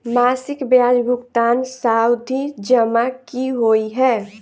मासिक ब्याज भुगतान सावधि जमा की होइ है?